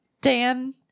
Dan